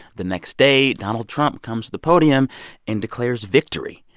the next day, donald trump comes to the podium and declares victory.